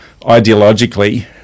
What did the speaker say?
ideologically